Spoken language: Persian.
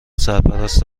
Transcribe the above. سرپرست